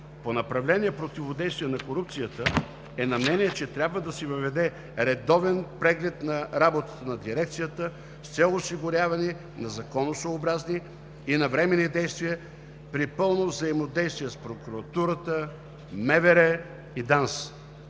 По направление противодействие на корупцията е на мнение, че трябва да се въведе редовен преглед на работата на дирекцията, с цел осигуряване на законосъобразни и навременни действия при пълно взаимодействие с прокуратурата, МВР и ДАНС.